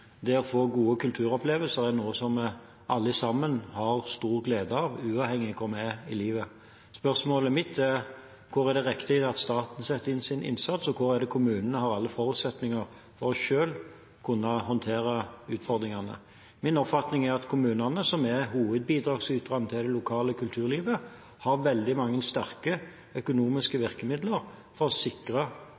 Det å få gode kulturopplevelser er noe som alle sammen har stor glede av, uavhengig av hvor man er i livet. Spørsmålet mitt er: Hvor er det riktig at staten setter inn sin innsats, og hvor er det kommunene selv har alle forutsetninger for å kunne håndtere utfordringene? Min oppfatning er at kommunene, som er hovedbidragsyterne til det lokale kulturlivet, har veldig mange sterke økonomiske virkemidler for å sikre